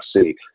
see